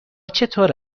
چطور